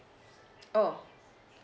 oh